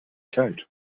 coat